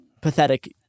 pathetic